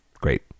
Great